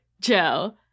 Joe